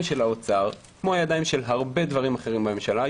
של האוצר כמו הידיים של הרבה הדברים אחרים בממשלה,